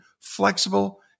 flexible